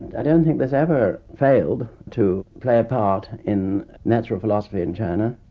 i don't think this ever failed to play a part in natural philosophy in china,